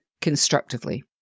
constructively